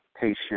patient